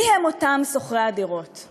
שלוש דקות לרשותך, גברתי.